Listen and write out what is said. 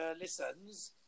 listens